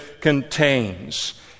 contains